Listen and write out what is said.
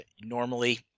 Normally